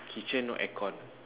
kitchen no aircon